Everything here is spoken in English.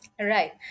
Right